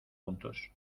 juntos